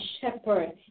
shepherd